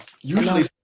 Usually